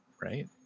right